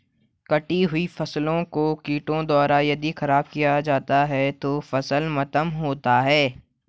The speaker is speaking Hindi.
कटी हुयी फसल को कीड़ों द्वारा यदि ख़राब किया जाता है तो फसल मातम होता है